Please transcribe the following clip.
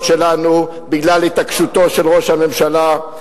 שלנו בגלל התעקשותו של ראש הממשלה,